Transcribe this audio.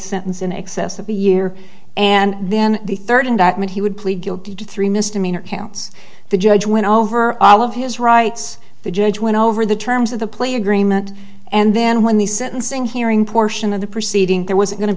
sentence in excess of a year and then the third indictment he would play guilty to three misdemeanor counts the judge went over all of his rights the judge went over the terms of the play agreement and then when the sentencing hearing portion of the proceeding there was going to